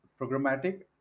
programmatic